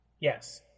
Yes